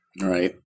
Right